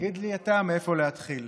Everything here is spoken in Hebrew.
תגיד לי אתה מאיפה להתחיל.